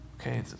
Okay